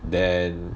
then